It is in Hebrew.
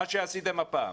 שזה מה שעשיתם הפעם.